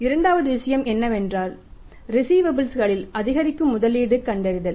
இரண்டாவது விஷயம் என்னவென்றால் ரிஸீவபல்ஸ் களில் அதிகரிக்கும் முதலீடு கண்டறிதல்